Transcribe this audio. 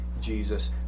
Jesus